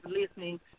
listening